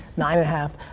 nine and a half.